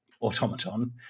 automaton